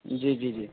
جی جی جی